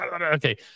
Okay